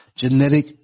Genetic